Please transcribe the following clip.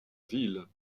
ville